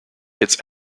its